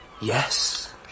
Yes